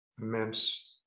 immense